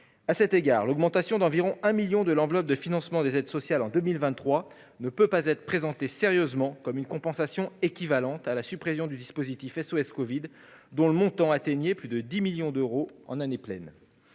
À cet égard, l'augmentation d'environ 1 million d'euros de l'enveloppe de financement des aides sociales en 2023 ne saurait sérieusement être présentée comme une compensation à due concurrence de la suppression du dispositif SOS covid, dont le montant atteignait plus de 10 millions d'euros en année pleine.